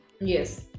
yes